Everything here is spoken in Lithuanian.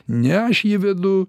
ne aš jį vedu